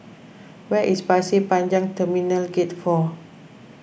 where is Pasir Panjang Terminal Gate four